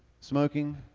smoking